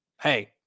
Hey